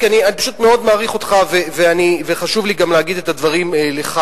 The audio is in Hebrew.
אני פשוט מאוד מעריך אותך וחשוב לי גם להגיד את הדברים לך.